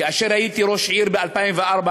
כאשר הייתי ראש עיר, ב-2004,